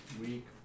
week